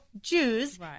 Jews